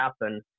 happen